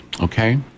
okay